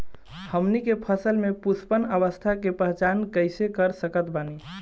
हमनी के फसल में पुष्पन अवस्था के पहचान कइसे कर सकत बानी?